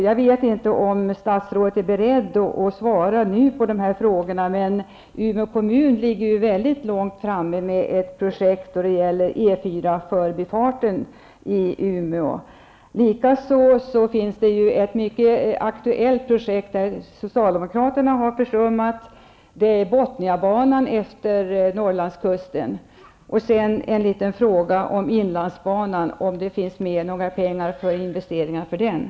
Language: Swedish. Jag vet inte om statsrådet är beredd att svara på de här frågorna nu, men Umeå kommun ligger ju mycket långt framme med ett projekt som gäller E4-förbifarten i Umeå. Likaså finns det ju ett mycket aktuellt projekt som socialdemokraterna försummat, nämligen Bothniabanan efter Norrlandskusten. Sedan en liten fråga: Finns det några pengar för investeringar i inlandsbanan?